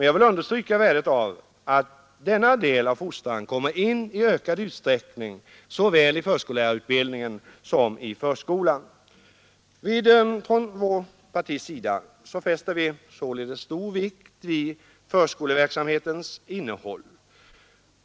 Jag vill understryka värdet av att denna del av fostran kommer in i ökad utsträckning såväl i förskollärarutbildningen som i förskolan. Från vårt partis sida fäster vi således stor vikt vid förskoleverksamhetens innehåll.